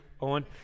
Owen